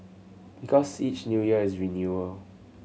because each New Year is renewal